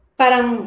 parang